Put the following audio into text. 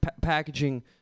packaging